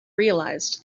realized